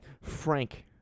Frank